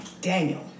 Daniel